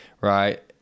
right